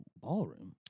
ballroom